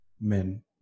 men